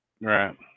Right